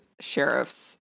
sheriff's